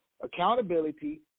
accountability